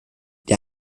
die